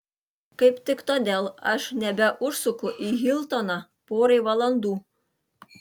kaip tik todėl aš nebeužsuku į hiltoną porai valandų